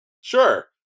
sure